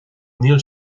níl